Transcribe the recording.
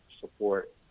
support